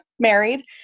married